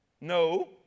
No